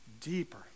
deeper